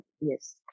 yes